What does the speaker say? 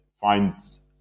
finds